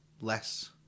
less